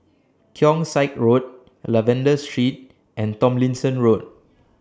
Keong Saik Road Lavender Street and Tomlinson Road